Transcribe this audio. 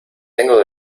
tengo